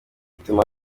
bituma